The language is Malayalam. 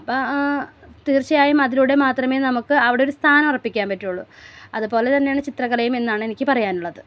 അപ്പം തീർച്ചയായും അതിലൂടെ മാത്രമേ നമുക്ക് അവിടൊരു സ്ഥാനം ഉറപ്പിക്കാൻ പറ്റുകയുള്ളു അത്പോലെ തന്നെയാണ് ചിത്രകലയുമെന്നാണ് എനിക്ക് പറയാനുള്ളത്